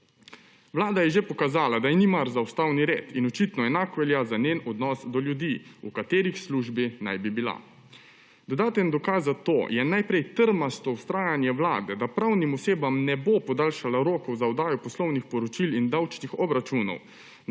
Vlada je že pokazala, da ji ni mar za ustavni red, in očitno enako velja za njen odnos do ljudi, v katerih službi naj bi bila. Dodaten dokaz za to je najprej trmasto vztrajanje Vlade, da pravnim osebam ne bo podaljšala rokov za oddajo poslovnih poročil in davčnih obračunov,